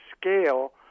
scale